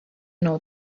know